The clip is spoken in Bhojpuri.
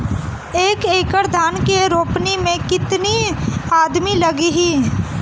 एक एकड़ धान के रोपनी मै कितनी आदमी लगीह?